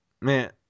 man